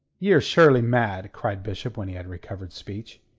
ye're surely mad! cried bishop, when he had recovered speech.